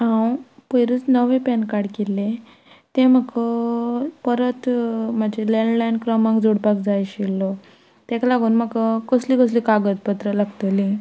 हांव पयरच नवें पॅन कार्ड केल्ले तें म्हाक परत म्हाजे लॅन्डलायन क्रमांक जोडपाक जाय आशिल्लो तेका लागून म्हाका कसली कसली कागदपत्र लागतलीं